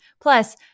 Plus